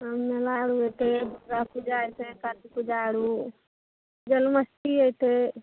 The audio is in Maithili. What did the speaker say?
मेला आओर अएतै दुरगापूजा अएतै काली पूजा आओर जन्माष्टमी अएतै